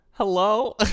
Hello